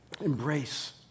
embrace